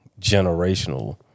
generational